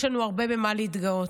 יש לנו הרבה במה להתגאות.